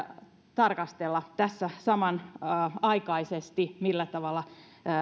tarkastella tässä samanaikaisesti millä tavalla